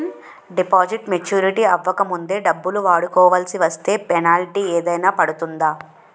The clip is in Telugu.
డిపాజిట్ మెచ్యూరిటీ అవ్వక ముందే డబ్బులు వాడుకొవాల్సి వస్తే పెనాల్టీ ఏదైనా పడుతుందా?